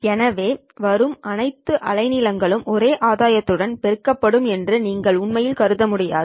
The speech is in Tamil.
எனவே வரும் அனைத்து அலைநீளங்களும் ஒரே ஆதாயத்துடன் பெருக்கப்படும் என்று நீங்கள் உண்மையில் கருத முடியாது